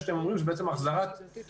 שאתם אומרים שזה בעצם החזרת הטעות,